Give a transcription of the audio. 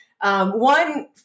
one